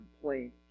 complaint